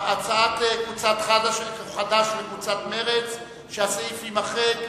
הצעת קבוצת חד"ש וקבוצת מרצ שהסעיף יימחק.